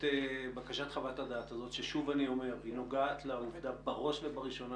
את חוות הדעת הזאת ששוב אני אומר שהיא נוגעת בראש ובראשונה